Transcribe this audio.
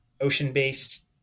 ocean-based